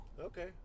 Okay